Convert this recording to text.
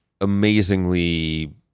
amazingly